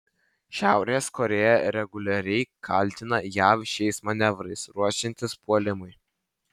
šiaurės korėja reguliariai kaltina jav šiais manevrais ruošiantis puolimui